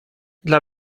dla